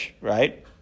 right